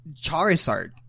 charizard